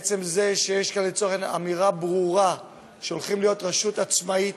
עצם זה שיש כאן אמירה ברורה שהולכת להיות רשות עצמאית,